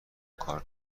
کارم